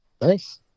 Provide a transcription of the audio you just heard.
Nice